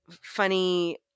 funny